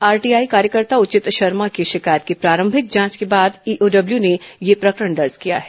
RTI कार्यकर्ता उचित शर्मा की शिकायत की प्रारंभिक जांच के बाद ईओडब्ल्य ने यह प्रकरण दर्ज किया है